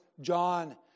John